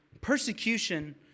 persecution